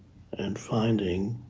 and finding